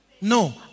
No